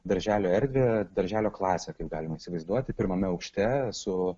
darželio erdvę darželio klasę kaip galima įsivaizduoti pirmame aukšte su